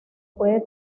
puede